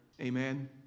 Amen